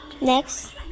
Next